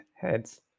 heads